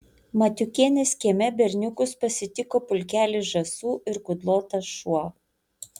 matiukienės kieme berniukus pasitiko pulkelis žąsų ir kudlotas šuo